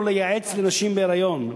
או לייעץ לנשים בהיריון,